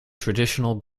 traditional